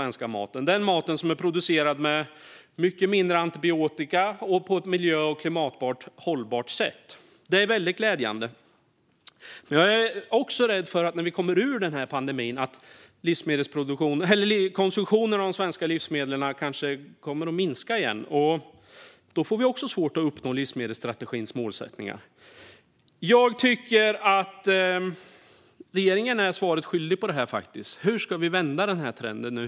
Det är mat som är producerad med mycket mindre antibiotika och på ett miljö och klimatmässigt hållbart sätt. Det är väldigt glädjande. Jag är dock rädd för att konsumtionen av svenska livsmedel kommer att minska igen när vi kommer ur pandemin, och då får vi också svårt att uppnå livsmedelsstrategins målsättningar. Jag tycker att regeringen är svaret skyldig här. Hur ska vi vända trenden nu?